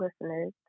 listeners